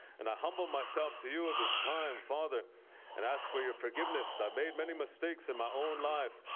and i humble myself to you at this time father and ask for your forgiveness. i made many mistakes in my own life.